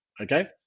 okay